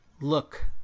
Look